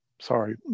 Sorry